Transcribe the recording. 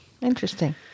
Interesting